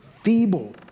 feeble